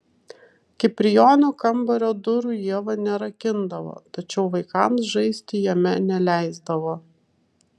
kiprijono kambario durų ieva nerakindavo tačiau vaikams žaisti jame neleisdavo